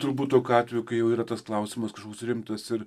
sidru būtų kačiukai jau yra tas klausimas žūsiu rimtus ir